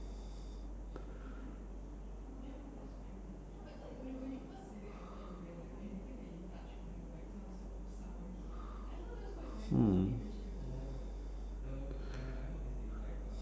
hmm